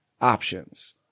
options